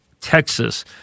Texas